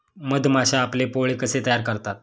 मधमाश्या आपले पोळे कसे तयार करतात?